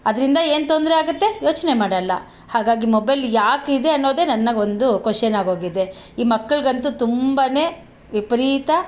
ಅದರಿಂದ ಏನು ತೊಂದರೆ ಆಗುತ್ತೆ ಯೋಚನೆ ಮಾಡೋಲ್ಲ ಹಾಗಾಗಿ ಮೊಬೈಲ್ ಯಾಕಿದೆ ಅನ್ನೋದೇ ನನಗೊಂದು ಕ್ವೆಶನ್ನಾಗೋಗಿದೆ ಈ ಮಕ್ಕಳಿಗಂತೂ ತುಂಬನೇ ವಿಪರೀತ